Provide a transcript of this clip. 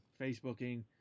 Facebooking